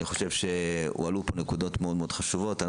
אני חושב שהועלו פה נקודות מאוד חשובות.